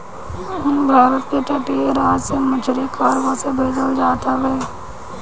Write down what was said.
भारत के तटीय राज से मछरी कार्गो से भेजल जात हवे